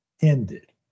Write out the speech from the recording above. ended